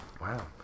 wow